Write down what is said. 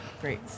great